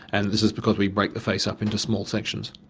and this is because we break the face up into small sections.